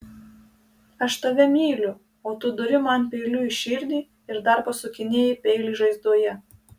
aš tave myliu o tu duri man peiliu į širdį ir dar pasukinėji peilį žaizdoje